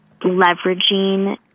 leveraging